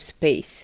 space